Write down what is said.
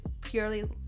purely